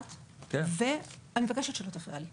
אני מבקשת שלא תפריע לי.